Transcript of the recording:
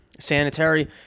sanitary